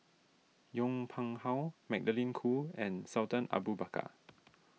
Yong Pung How Magdalene Khoo and Sultan Abu Bakar